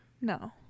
No